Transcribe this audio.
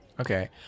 Okay